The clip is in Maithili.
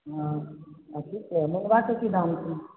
हँ अथी कहलहुँ बड़ा बेसी दाम छै